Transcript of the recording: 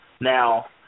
Now